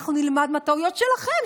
אנחנו נלמד מהטעויות שלכם,